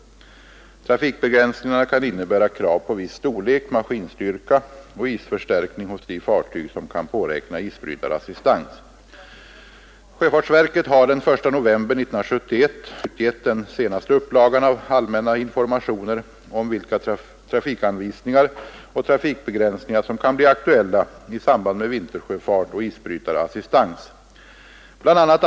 Trafikbegränsningarna kan innebära krav på viss storlek, maskinstyrka och isförstärkning hos de fartyg som kan påräkna isbrytarassistans. av allmänna informationer om vilka trafikanvisningar och trafikbegränsningar som kan bli aktuella i samband med vintersjöfart och isbrytarassistans. Bla.